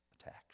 attacks